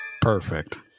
perfect